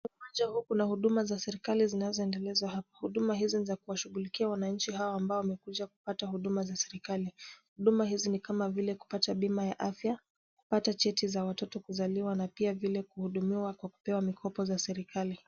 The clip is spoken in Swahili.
Uwanja huu kuna huduma za serikali zinazoendelezwa. Huduma hizo ni za kuwashughulikia wananchi hawa ambao wamekuja kupata huduma za serikali. Huduma hizi ni kama vile kupata bima ya afya, kupata cheti za watoto kuzaliwa na pia vile kuhudumiwa kwa kupewa mikopo za serikali.